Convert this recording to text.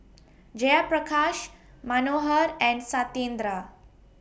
Jayaprakash Manohar and Satyendra